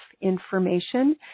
information